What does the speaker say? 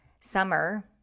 summer